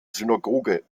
synagoge